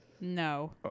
No